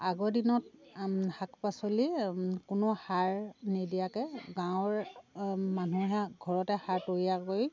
আগৰ দিনত শাক পাচলিৰ কোনো সাৰ নিদিয়াকৈ গাঁওৰ মানুহে ঘৰতে সাৰ তৈয়াৰ কৰি